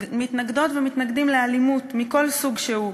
מתנגדות ומתנגדים לאלימות מכל סוג שהוא,